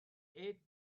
eat